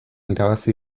irabazi